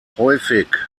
häufig